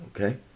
okay